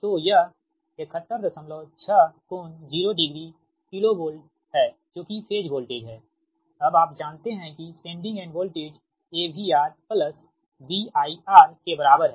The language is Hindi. तो यह 716 कोण 0 डिग्री किलोवोल्ट है जो कि फेज वोल्टेज है अब आप जानते हैं कि sending end voltage AVR BIR के बराबर है